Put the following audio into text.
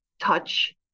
touch